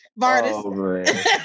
Vardis